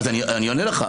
אני עונה לך.